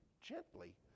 gently